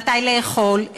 מתי לאכול,